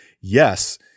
yes